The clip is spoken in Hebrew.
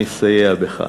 אני אסייע בידך.